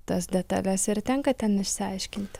tas detales ir tenka ten išsiaiškinti